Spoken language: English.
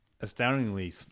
astoundingly